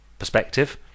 perspective